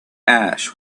ash